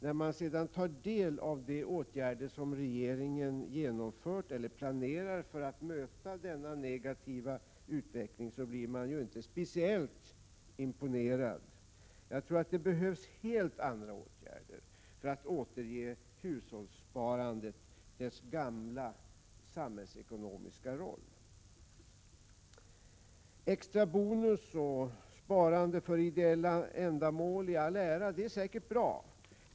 När man sedan tar del av de åtgärder som regeringen genomfört eller planerar för att möta denna negativa utveckling blir man inte speciellt imponerad. Jag tror att det behövs helt andra åtgärder för att återge hushållssparandet dess gamla samhällsekonomiska roll. Extra bonus och sparande för ideella ändamål i all ära — det är säkert bra.